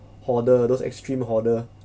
hoarder those extreme hoarder